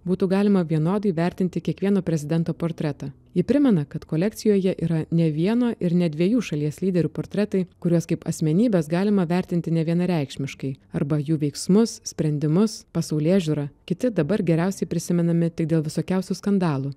būtų galima vienodai vertinti kiekvieno prezidento portretą ji primena kad kolekcijoje yra ne vieno ir ne dviejų šalies lyderių portretai kuriuos kaip asmenybes galima vertinti nevienareikšmiškai arba jų veiksmus sprendimus pasaulėžiūrą kiti dabar geriausiai prisimenami tik dėl visokiausių skandalų